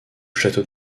château